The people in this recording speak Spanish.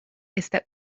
esta